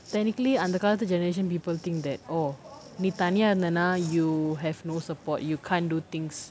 technically அந்த காலத்து:antha kaalathu generation people think that oh நீ தனியா இருந்தனா:nee thaniyaa irunthanaa you have no support you can't do things